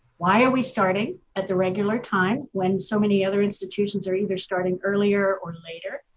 why are we starting at the regular time when so many other institutions are either starting earlier or later?